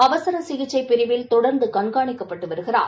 அவசர சிகிச்சை பிரிவில் தொடர்ந்து கண்காணிக்கபபட்டு வருகிறார்